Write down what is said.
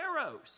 arrows